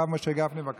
הרב משה גפני, בבקשה.